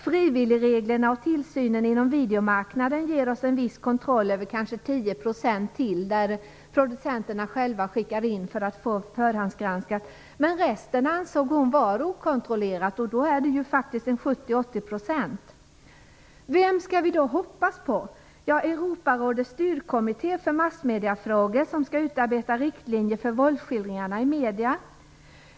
Frivilligreglerna och tillsynen inom videomarknaden ger oss en viss kontroll över kanske 10 procent till." Det gäller då sådant som producenterna själva skickar in för att få förhandsgranskat. Hon ansåg att resten - dvs. faktiskt 70-80 %- var okontrollerat. Vem skall vi då hoppas på? Europarådets styrkommitté för massmediefrågor, som skall utarbeta riktlinjer för våldsskildringarna i medierna?